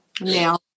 now